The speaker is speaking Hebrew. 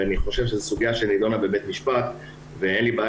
ואני חושב שזו סוגיה שנדונה בבית משפט ואין לי בעיה